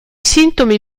sintomi